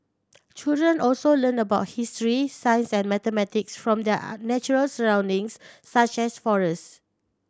children also learn about history science and mathematics from their natural surroundings such as forests